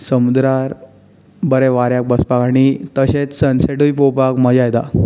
समुद्रार बरें वाऱ्याक बसपाक आनी तशेंच सनसेटूय पळोवपाक मजा येता